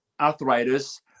arthritis